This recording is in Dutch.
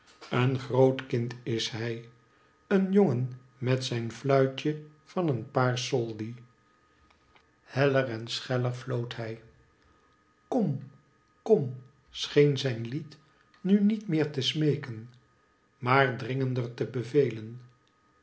een groot kind is hij een jongen met zijn fluitje van een paar soldiheller en scheller floot hij kom kom scheen zijn lied nu niet meer te smeeken maar dringender te bevelen